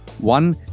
one